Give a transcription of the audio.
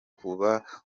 kubaka